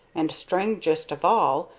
and, strangest of all,